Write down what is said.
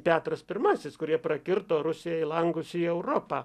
petras pirmasis kurie prakirto rusijai langus į europą